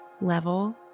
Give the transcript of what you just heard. level